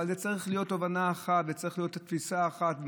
אבל צריכה להיות תובנה אחת ותפיסה אחת.